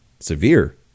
Severe